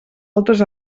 altres